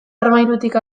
armairutik